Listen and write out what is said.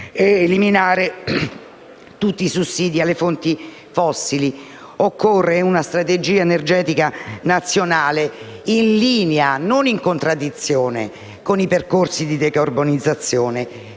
tutti i sussidi alle fonti fossili e occorre una strategia energetica nazionale in linea, non in contraddizione, con i percorsi di decarbonizzazione.